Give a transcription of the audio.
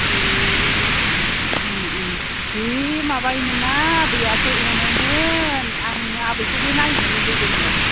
ए जि माबायोमोनना आबैयासो अनोमोन आं आबैखौबो नायनो लुबैदोंमोन